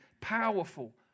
powerful